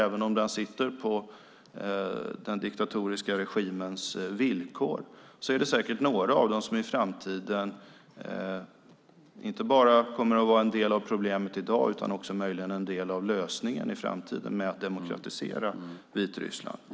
Även om de sitter på den diktatoriska regimens villkor är det säkert några av dem som inte bara kommer att vara en del av problemet i dag. De kommer möjligen också att vara en del av lösningen i framtiden när det gäller att demokratisera Vitryssland.